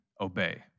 obey